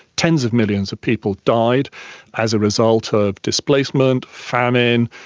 tens of millions of people died as a result of displacement, famine,